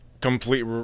complete